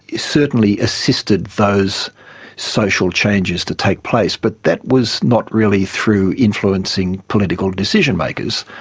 certainly assisted those social changes to take place, but that was not really through influencing political decision-makers,